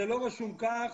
זה לא רשום כך.